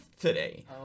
today